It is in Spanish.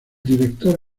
director